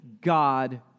God